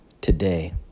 today